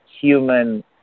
human